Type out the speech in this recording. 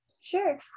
Sure